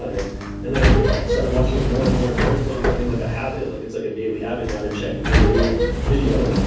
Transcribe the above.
like and then i started watching it more and more and more until it became like a habit. like it's like a daily habit now to check if there's a new video.